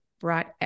brought